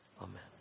Amen